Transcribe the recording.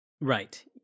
Right